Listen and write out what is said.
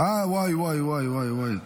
וואי וואי וואי.